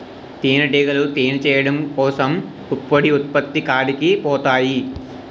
తేనిటీగలు తేనె చేయడం కోసం పుప్పొడి ఉత్పత్తి కాడికి పోతాయి